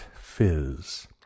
fizz